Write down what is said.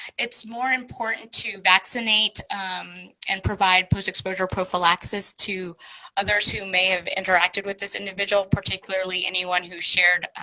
it's more important to vaccinate and provide post-exposure prophylaxis to others who may have interacted with this individual. particularly anyone who shared